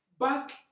Back